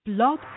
Blog